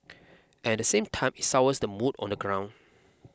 and the same time it sours the mood on the ground